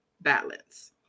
balance